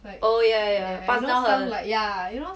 oh yeah yeah yeah pantang 人